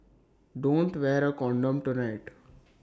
don't wear A condom tonight